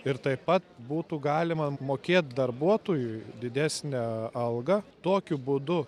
ir taip pat būtų galima mokėt darbuotojui didesnę algą tokiu būdu